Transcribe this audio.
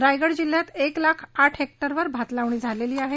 रायगड जिल्हयात एक लाख आठ हजार हेक्टरवर भात लावणी झालेली आहे